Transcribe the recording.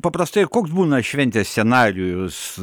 paprastai koks būna šventės scenarijus